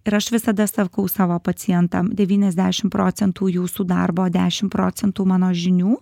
ir aš visada sakau savo pacientam devyniasdešim procentų jūsų darbo dešim procentų mano žinių